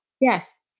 Yes